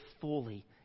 fully